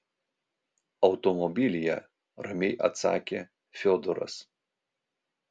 automobilyje ramiai atsakė fiodoras